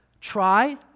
try